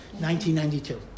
1992